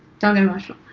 don't get emotional.